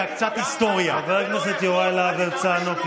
קצת היסטוריה, זה לא נכון.